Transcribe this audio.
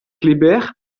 kléber